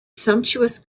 sumptuous